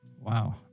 Wow